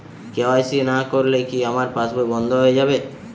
KYC না করলে কি আমার পাশ বই বন্ধ হয়ে যাবে?